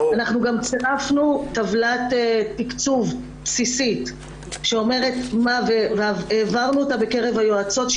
אנחנו גם צירפנו טבלת תקצוב בסיסית והעברנו אותה בקרב היועצות,